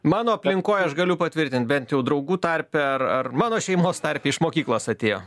mano aplinkoj aš galiu patvirtint bent jau draugų tarpe ar ar mano šeimos tarpe iš mokyklos atėjo